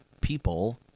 people